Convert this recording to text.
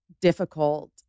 difficult